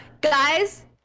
Guys